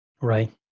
Right